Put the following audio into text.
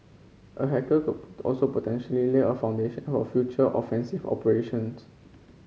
a hacker also potentially lay a foundation for future offensive operations